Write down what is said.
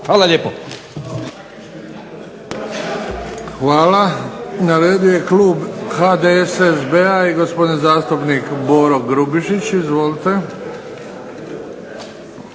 Luka (HDZ)** Hvala. Na redu je Klub HDSSB-a i gospodin zastupnik Boro Grubišić. Izvolite.